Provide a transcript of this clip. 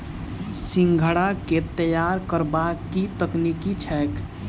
सिंघाड़ा केँ तैयार करबाक की तकनीक छैक?